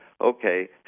okay